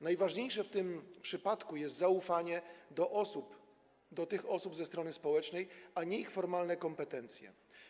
Najważniejsze w tym przypadku jest zaufanie do tych osób ze strony społecznej, a nie ich formalne kompetencje.